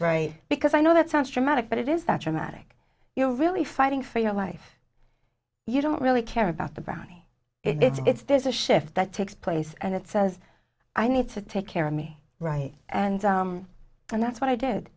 right because i know that sounds dramatic but it is that dramatic you are really fighting for your life you don't really care about the brownie it's there's a shift that takes place and it says i need to take care of me right and and that's what i did